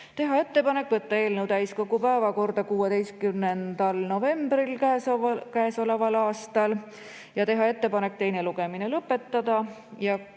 Teha ettepanek võtta eelnõu täiskogu päevakorda 16. novembril käesoleval aastal ja teha ettepanek teine lugemine lõpetada